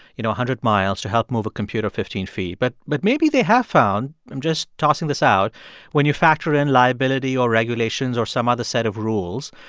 you know, a hundred miles to help move a computer fifteen feet. but but maybe they have found i'm just tossing this out when you factor in liability or regulations or some other set of rules,